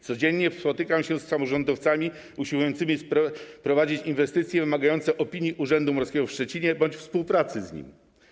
Codziennie spotykam się z samorządowcami usiłującymi prowadzić inwestycje wymagające opinii Urzędu Morskiego w Szczecinie bądź współpracy z nim.